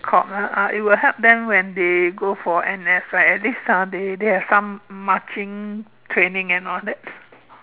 sop ah it will help them when they go for N_S right at least ah they they have some m~ marching training and all that